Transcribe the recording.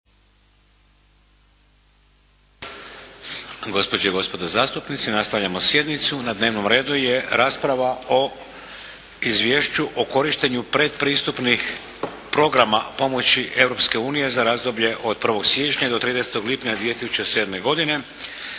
Gospođe i gospodo zastupnici nastavljamo sjednicu. Na dnevnom redu je rasprava o - Izvješće o korištenju pretpristupnih programa pomoći Europske unije za razdoblje od 1. siječnja do 31. lipnja 2007. godine